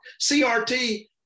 crt